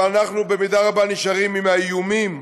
אבל אנחנו במידה רבה נשארים עם האיומים.